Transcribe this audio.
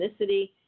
ethnicity